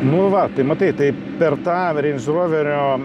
nu va tai matai tai per tą reinž roverio